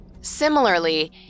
Similarly